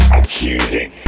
accusing